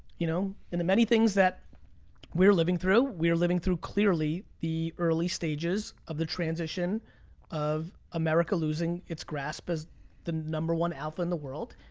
you know the many things that we're living through, we're living through, clearly, the early stages of the transition of america losing its grasp as the number one alpha in the world.